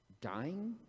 dying